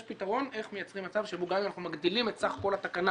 יש פתרון איך מייצרים מצב שבו גם אם אנחנו מגדילים את סך כל התקנה